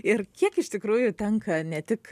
ir kiek iš tikrųjų tenka ne tik